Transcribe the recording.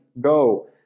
go